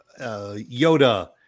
Yoda